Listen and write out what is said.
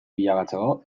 bilakatzeko